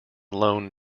loan